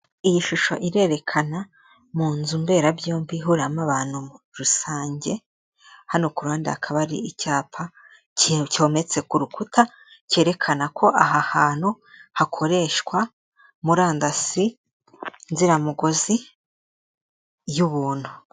Iyi shusho irerekana mu nzu mberabyombi ihuramo abantu rusange hano ku ruhande hakaba ari icyapa cyometse ku rukuta cyerekana ko aha hantu hakoreshwa murandasi nziramugozi y'ubuntu.